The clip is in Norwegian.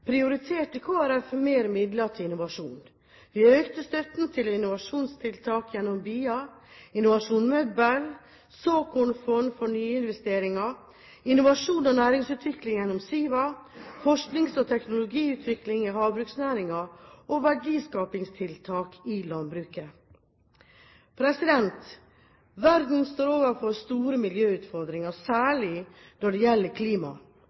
mer midler til innovasjon. Vi økte støtten til innovasjonstiltak gjennom BIA, Innovasjon Møbel, såkornfond for nyinvesteringer, innovasjon og næringsutvikling gjennom SIVA, forsknings- og teknologiutvikling i havbruksnæringen og verdiskapingstiltak i landbruket. Verden står overfor store miljøutfordringer, særlig når det gjelder klima.